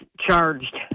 charged